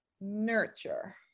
nurture